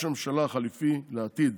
ראש הממשלה החליפי לעתיד